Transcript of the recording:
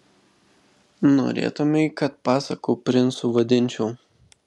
norėtumei kad pasakų princu vadinčiau